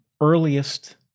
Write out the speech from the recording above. Earliest